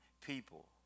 people